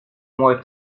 moi